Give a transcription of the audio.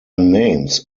names